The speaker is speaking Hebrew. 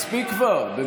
מספיק כבר.